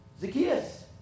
Zacchaeus